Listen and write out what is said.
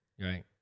right